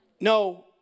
No